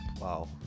wow